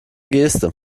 geste